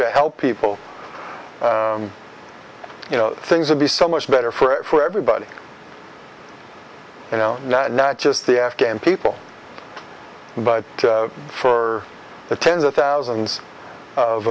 to help people you know things will be so much better for everybody you know not just the afghan people but for the tens of thousands of